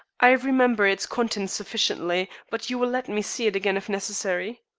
i remember its contents sufficiently, but you will let me see it again if necessary?